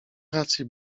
rację